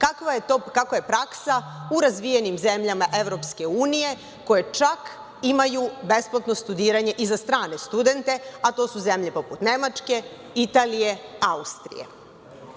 kako je praksa u razvijenim zemljama EU, koje čak imaju besplatno studiranje i za strane studente, a to su zemlje poput Nemačke, Italije, Austrije. Ono